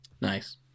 Nice